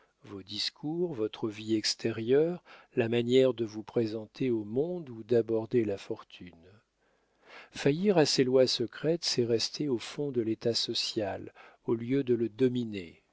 vos discours votre vie extérieure la manière de vous présenter au monde ou d'aborder la fortune faillir à ces lois secrètes c'est rester au fond de l'état social au lieu de le dominer